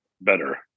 better